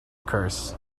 curse